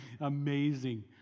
Amazing